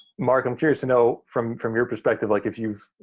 mark, i'm curious to know from from your perspective, like if you've